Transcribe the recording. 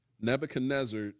Nebuchadnezzar